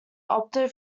opted